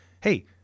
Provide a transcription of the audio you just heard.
hey